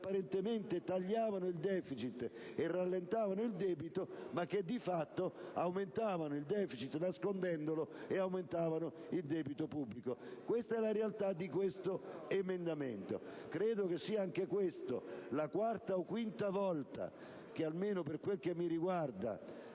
apparentemente tagliavano il deficit e rallentavano il debito, ma che di fatto aumentavano il deficit nascondendolo, e aumentavano il debito pubblico. Questa è la realtà dell'emendamento. Credo che questa sia la quarta o quinta volta, almeno per quello che mi riguarda,